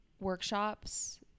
workshops